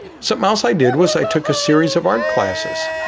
something else i did was i took a series of art classes.